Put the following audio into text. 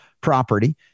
property